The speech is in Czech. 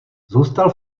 zůstal